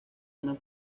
una